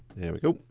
here we go.